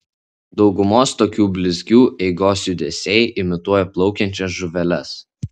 daugumos tokių blizgių eigos judesiai imituoja plaukiančias žuveles